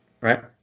Right